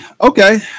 okay